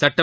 சட்டம்